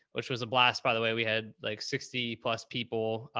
which was a blast by the way, we had like sixty plus people,